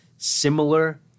Similar